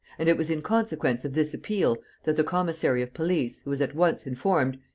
and it was in consequence of this appeal that the commissary of police, who was at once informed,